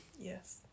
Yes